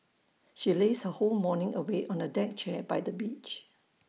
she lazed her whole morning away on A deck chair by the beach